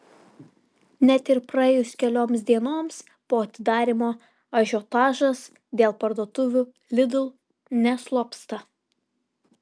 net ir praėjus kelioms dienoms po atidarymo ažiotažas dėl parduotuvių lidl neslopsta